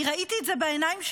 אני ראיתי את זה בעיניים שלי.